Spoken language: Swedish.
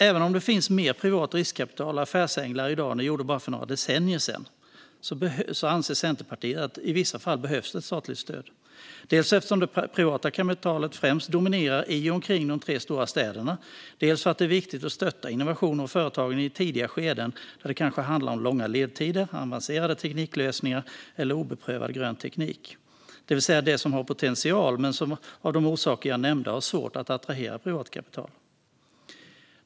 Även om det finns mer privat riskkapital och affärsänglar i dag än det gjorde för bara några decennier sedan anser Centerpartiet att det i vissa fall behövs ett statligt stöd - dels för att det privata kapitalet främst dominerar i och omkring de tre stora städerna, dels för att det är viktigt att stötta innovationer och företagande i tidiga skeden där det kanske handlar om långa ledtider, avancerade tekniklösningar eller obeprövad grön teknik, det vill säga det som har potential men som av de orsaker jag nämnde har svårt att attrahera privat kapital.